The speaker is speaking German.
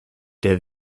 der